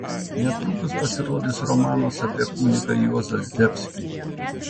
netrukus pasirodys romanas apie kunigą juozą zdebskį